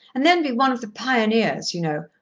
and then be one of the pioneers, you know.